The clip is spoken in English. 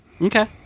Okay